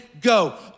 go